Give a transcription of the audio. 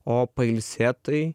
o pailsėt tai